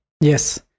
Yes